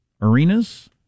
arenas